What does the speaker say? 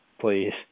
please